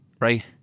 right